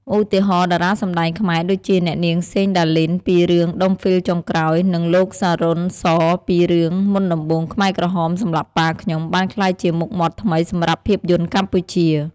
ឧទាហរណ៍ តារាសម្តែងខ្មែរដូចជា អ្នកនាង សេង ដាលីន ពី រឿង ដុំហ្វីលចុងក្រោយ និង លោក សារុន សរ ពី រឿង មុនដំបូងខ្មែរក្រហមសម្លាប់ប៉ាខ្ញុំ បានក្លាយជាមុខមាត់ថ្មីសម្រាប់ភាពយន្តកម្ពុជា។